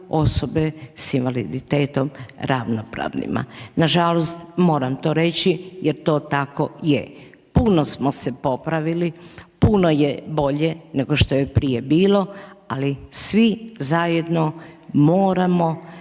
osobe s invaliditetom ravnopravnima. Nažalost, moram to reći jer to tako je. Puno smo se popravili, puno je bolje nego što je prije bilo, ali svi zajedno moramo